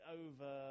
over